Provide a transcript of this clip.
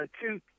two